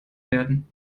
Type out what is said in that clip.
werden